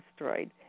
destroyed